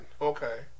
Okay